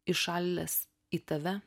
įšalęs į tave